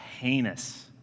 heinous